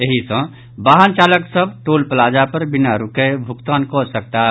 एहि सॅ वाहन चालक सभ टोल प्लाजा पर बिना रूकय भुगतान कऽ सकताह